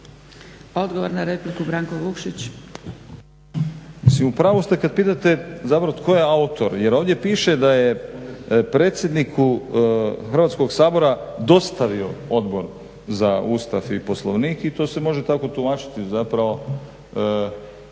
- Stranka rada)** Mislim u pravu ste kad pitate zapravo tko je autor, jer ovdje piše da je predsjedniku Hrvatskog sabora dostavio Odbor za Ustav i Poslovnik i to se može tako tumačiti zapravo.